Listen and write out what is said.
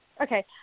Okay